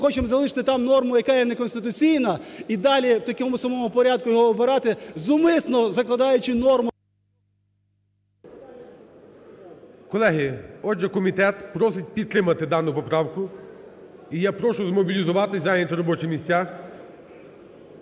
ми хочемо залишити там норму, яка є неконституційна, і далі в такому самому порядку його обирати, зумисно закладаючи норму… ГОЛОВУЮЧИЙ. Колеги, отже, комітет просить підтримати дану поправку, і я прошу змобілізуватися, зайняти робочі місця.